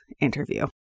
interview